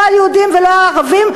לא על יהודים ולא על ערבים.